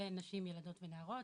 לנשים ילדות ונערות,